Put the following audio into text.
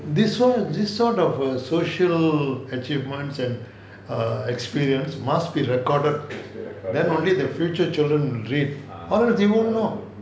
this [one] this sort err social achievements and err experience must be recorded then only their future children will read otherwise they won't know